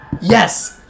Yes